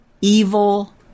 evil